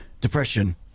depression